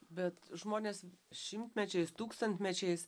bet žmonės šimtmečiais tūkstantmečiais